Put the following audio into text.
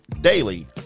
daily